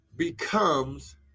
becomes